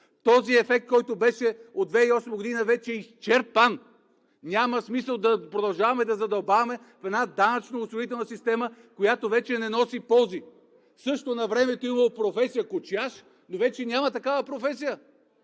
Този ефект, който беше от 2008 г., вече е изчерпан. Няма смисъл да продължаваме да задълбаваме в една данъчно осигурителна система, която вече не носи ползи. Навремето е имало професия кочияш, но вече няма такава професия